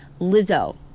lizzo